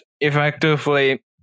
effectively